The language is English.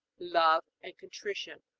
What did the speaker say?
love, and contrition.